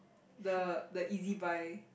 the the e_z-buy